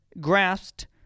grasped